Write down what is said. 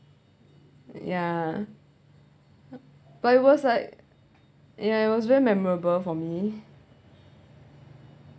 ya but it was like ya it was very memorable for me